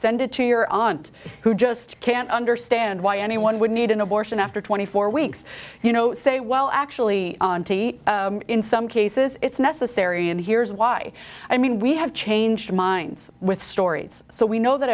send it to your aunt who just can't understand why anyone would need an abortion after twenty four weeks you know say well actually in some cases it's necessary and here's why i mean we have changed minds with stories so we know that